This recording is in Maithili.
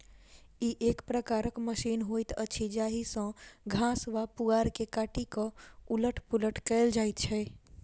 ई एक प्रकारक मशीन होइत अछि जाहि सॅ घास वा पुआर के काटि क उलट पुलट कयल जाइत छै